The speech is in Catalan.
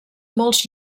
molts